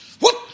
whoop